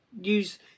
use